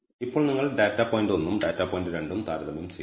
ഇപ്പോൾ നിങ്ങൾ data point 1 ഉം ഡാറ്റാ പോയിന്റ് 2 ഉം താരതമ്യം ചെയ്യുന്നു